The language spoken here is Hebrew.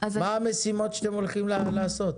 מה המשימות שאתם הולכים לעשות?